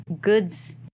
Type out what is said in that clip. goods